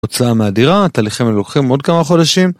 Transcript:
הוצאה מאדירה, התהליכים האלו לוקחים עוד כמה חודשים